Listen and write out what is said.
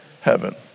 heaven